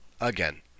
again